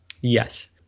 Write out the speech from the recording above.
yes